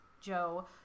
Joe